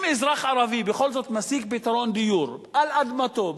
אם אזרח ערבי בכל זאת משיג פתרון דיור על אדמתו,